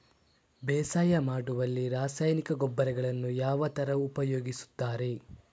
ಬೇಸಾಯ ಮಾಡುವಲ್ಲಿ ರಾಸಾಯನಿಕ ಗೊಬ್ಬರಗಳನ್ನು ಯಾವ ತರ ಉಪಯೋಗಿಸುತ್ತಾರೆ?